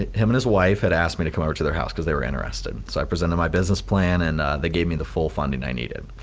ah him and his wife had asked me to come up to their house cause they were interested. so i presented my business plan and they gave me the full funding i needed.